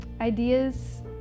Ideas